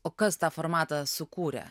o kas tą formatą sukūrė